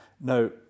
Now